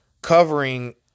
Covering